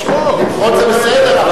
למחות זה בסדר,